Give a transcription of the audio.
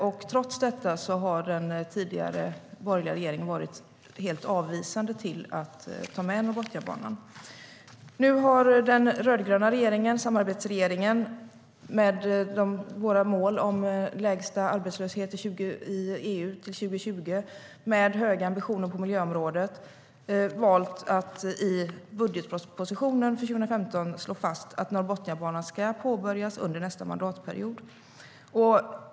Men trots detta har den tidigare, borgerliga regeringen varit helt avvisande till att ta med Norrbotniabanan.Nu har den rödgröna samarbetsregeringen med vårt mål om EU:s lägsta arbetslöshet 2020 och höga ambition på miljöområdet valt att i budgetpropositionen för 2015 slå fast att Norrbotniabanan ska påbörjas under nästa mandatperiod.